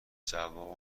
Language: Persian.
جواب